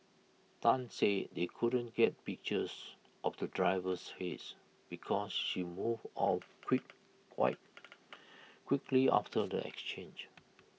Tan said they couldn't get pictures of the driver's face because she moved off quick quite quickly after the exchange